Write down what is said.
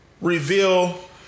reveal